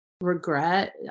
regret